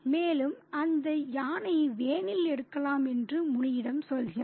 மேலும் அந்த யானையை வேனில் எடுக்கலாம் என்று முனியிடம் சொல்கிறான்